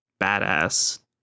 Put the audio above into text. badass